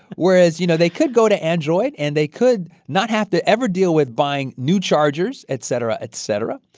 whereas, you know, they could go to android, and they could not have to ever deal with buying new chargers, et cetera, et cetera.